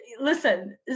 listen